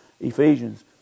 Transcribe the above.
Ephesians